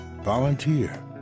volunteer